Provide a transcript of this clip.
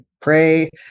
Pray